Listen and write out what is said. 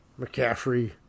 McCaffrey